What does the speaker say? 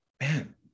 man